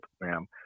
program